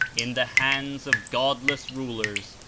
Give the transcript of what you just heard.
in the hands of godless rulers,